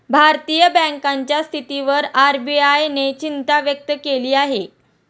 भारतीय बँकांच्या स्थितीवर आर.बी.आय ने चिंता व्यक्त केली आहे